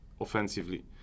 offensively